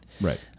Right